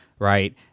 Right